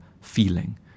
feeling